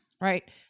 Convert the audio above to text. right